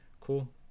cool